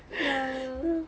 LOL